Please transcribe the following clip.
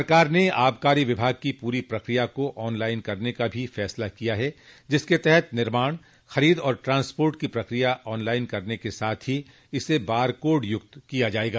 सरकार ने आबकारी विभाग की पूरी प्रक्रिया को ऑन लाइन करने का फैसला किया है जिसके तहत निर्माण खरीद और ट्रांसपोट की प्रक्रिया ऑन लाइन करने के साथ ही इसे बारकोड यूक्त किया जायेगा